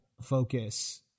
focus